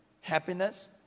happiness